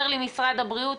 אומר לי משרד הבריאות,